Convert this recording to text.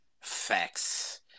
facts